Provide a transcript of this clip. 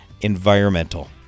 environmental